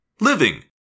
living